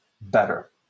better